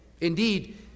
Indeed